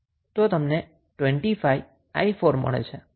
તો તમને 25𝑖4 મળે છે